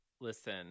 listen